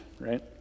right